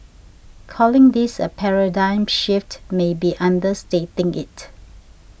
calling this a paradigm shift may be understating it